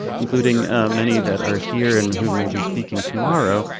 including many that are here and who may be speaking tomorrow,